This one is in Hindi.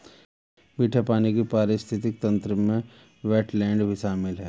मीठे पानी के पारिस्थितिक तंत्र में वेट्लैन्ड भी शामिल है